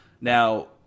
Now